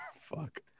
Fuck